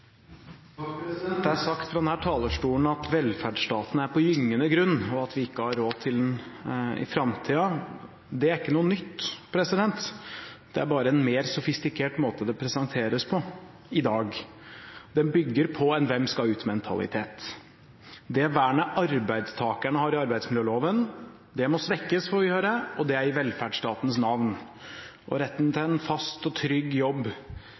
at vi ikke har råd til den i framtida. Det er ikke noe nytt, det er bare en mer sofistikert måte det presenteres på i dag. Det bygger på en «hvem skal ut»-mentalitet. Det vernet arbeidstakerne har i arbeidsmiljøloven, får vi høre at må svekkes, og det er i velferdsstatens navn. Retten til en fast og trygg jobb